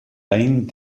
bind